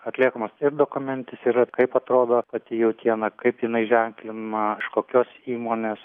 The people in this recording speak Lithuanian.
atliekamas ir dokumentis ir kaip atrodo pati jautiena kaip jinai ženklinama iš kokios įmonės